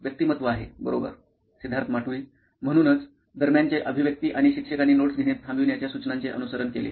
सिद्धार्थ माटुरी मुख्य कार्यकारी अधिकारी नॉइन इलेक्ट्रॉनिक्स म्हणूनच 'दरम्यान' चे अभिव्यक्ती आणि शिक्षकांनी नोट्स घेणे थांबविण्याच्या सूचनांचे अनुसरण केले